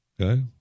Okay